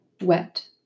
wet